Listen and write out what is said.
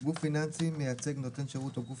"גוף פיננסי מייצג נותן שירות או גוף